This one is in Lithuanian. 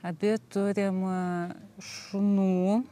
abi turim šunų